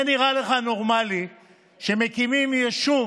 זה נראה לך נורמלי שמקימים יישוב